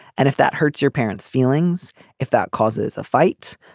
and if that hurts your parents feelings if that causes a fight.